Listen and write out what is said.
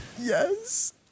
Yes